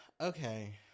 okay